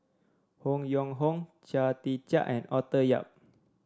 Han Yong Hong Chia Tee Chiak and Arthur Yap